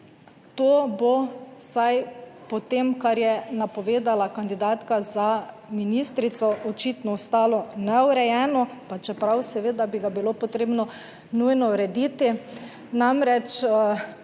to bo, vsaj po tem, kar je napovedala kandidatka za ministrico, očitno ostalo neurejeno, pa čeprav seveda bi ga bilo potrebno nujno urediti.